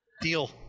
Deal